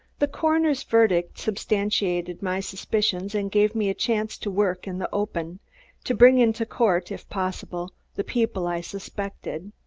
the coroner's verdict substantiated my suspicions and gave me a chance to work in the open to bring into court, if possible, the people i suspected.